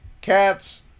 cats